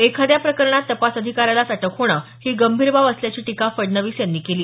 एखाद्या प्रकरणात तपास अधिकाऱ्यालाच अटक होणं ही गंभीर बाब असल्याची टीका फडणवीस यांनी केली